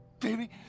Baby